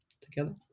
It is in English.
together